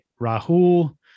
Rahul